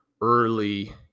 early